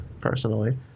personally